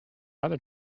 other